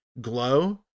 glow